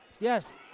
yes